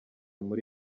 muri